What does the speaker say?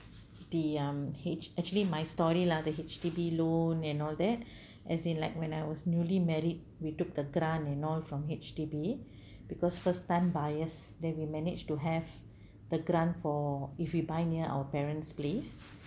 the um uh actually my story lah the H_D_B loan and all that as in like when I was newly married we took the grant and all from H_D_B because first time buyers then we managed to have the grant for if we buy near our parents' place